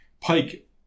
pike